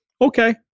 Okay